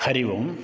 हरिः ओम्